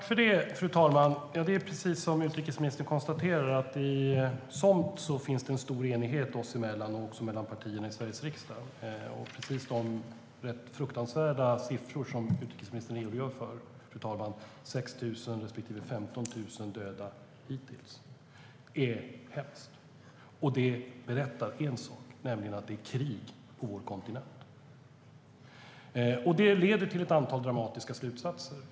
Fru talman! Det är precis som utrikesministern konstaterar. I somt finns det stor enighet oss emellan och också mellan partierna i Sveriges riksdag. De fruktansvärda siffror utrikesministern redogör för, fru talman, 6 000 respektive 15 000 döda hittills, är hemska. Det berättar en sak, nämligen att det är krig på vår kontinent. Det leder till ett antal dramatiska slutsatser.